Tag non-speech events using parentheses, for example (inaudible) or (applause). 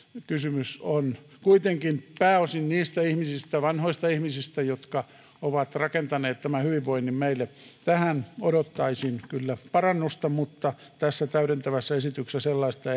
kysymys on kuitenkin pääosin niistä ihmisistä vanhoista ihmisistä jotka ovat rakentaneet tämän hyvinvoinnin meille tähän odottaisin kyllä parannusta mutta tässä täydentävässä esityksessä sellaista (unintelligible)